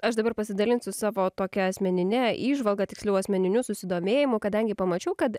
aš dabar pasidalinsiu savo tokia asmenine įžvalga tiksliau asmeniniu susidomėjimu kadangi pamačiau kad